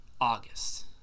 August